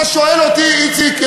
אתה שואל אותי, איציק?